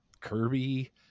Kirby